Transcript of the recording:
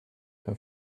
her